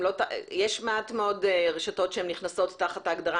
יש מעט מאוד רשתות שנכנסות תחת ההגדרה